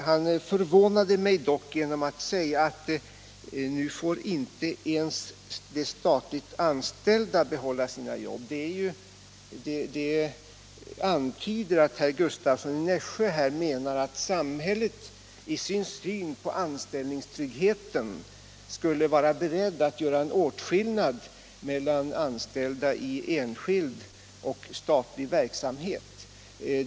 Han förvånade mig dock genom att säga att nu får inte ens de statligt anställda behålla sina jobb. Det antyder att herr Gustavsson menar att samhället i sin syn på anställningstryggheten skall vara beredd att göra åtskillnad mellan anställda i enskild och i statlig verksamhet.